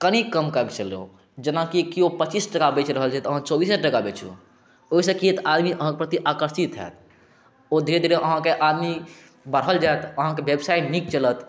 कनी कम कै क चलू जेनाकि केओ पच्चीस टका बेच रहल छै तऽ अहाँ चौबीसे टका बेचू ओहिसँ की होयत आदमी अहाँके प्रति आकर्षित होयत ओ धीरे धीरे अहाँके आदमी बढ़ल जायत अहाँके व्यवसाय नीक चलत